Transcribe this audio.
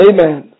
Amen